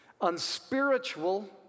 unspiritual